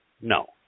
No